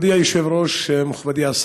אדוני היושב-ראש, זה מאוחר מדי.